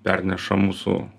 perneša mūsų